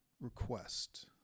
request